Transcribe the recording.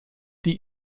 die